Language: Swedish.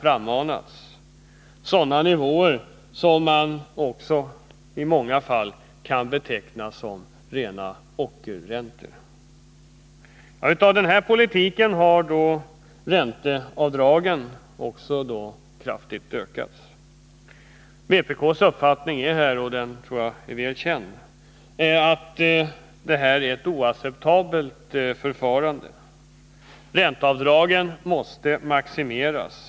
Räntorna kan i många fall betecknas som rena ockerräntor. På grund av denna politik har också ränteavdragen kraftigt ökat. Vpk:s uppfattning — den tror jag är väl känd — är att detta är oacceptabelt. Ränteavdragen måste maximeras.